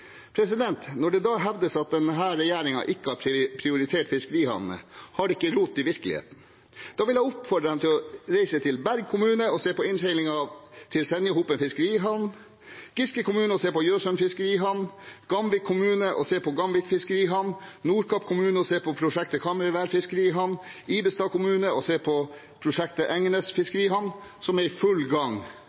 Når det da hevdes at denne regjeringen ikke har prioritert fiskerihavner, har det ikke rot i virkeligheten. Da vil jeg oppfordre dem til å reise til Berg kommune og se på innseilingen til Senjahopen fiskerihavn, til Giske kommune og se på Gjøsund fiskerihavn, til Gamvik kommune og se på Gamvik fiskerihavn, til Nordkapp kommune og se på prosjektet Kamøyvær fiskerihavn og til Ibestad kommune og se på prosjektet Engenes fiskerihavn, som er i full gang